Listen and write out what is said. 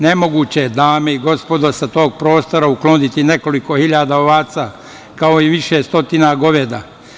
Nemoguće je, dame i gospodo, sa tog prostora ukloniti nekoliko hiljada ovaca, kao i više stotina goveda.